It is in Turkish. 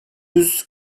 yüz